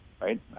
right